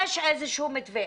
יש איזשהו מתווה.